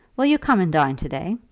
will you come and dine to-day?